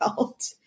out